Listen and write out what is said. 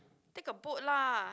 take a boat lah